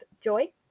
joy